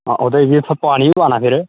आं ओह्दे च पानी बी पाना फिर